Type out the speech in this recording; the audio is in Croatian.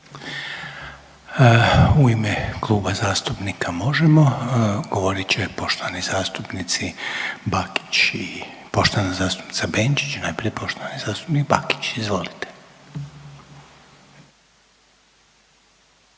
U ime Kluba zastupnika Možemo govorit će poštovani zastupnici Bakić i poštovana zastupnica Benčić. Najprije poštovani zastupnik Bakić, izvolite.